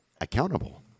accountable